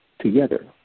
together